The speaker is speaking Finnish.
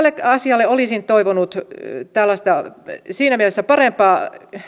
asialle olisin toivonut siinä mielessä parempaa